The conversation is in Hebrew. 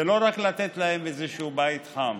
זה לא רק לתת להם איזשהו בית חם,